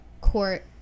court